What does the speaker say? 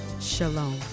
Shalom